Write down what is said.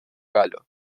galo